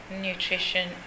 Nutrition